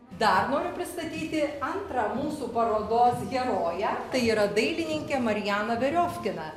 dar noriu pristatyti antrą mūsų parodos heroję tai yra dailininkė mariana veriofkina